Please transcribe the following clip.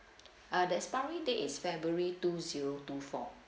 uh the expiry date is february two zero two four